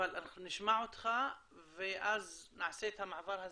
אבל אנחנו נשמע אותך ואז נעשה את המעבר הזה.